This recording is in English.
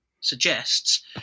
suggests